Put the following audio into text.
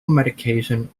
medication